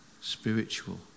spiritual